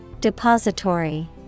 Depository